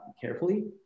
carefully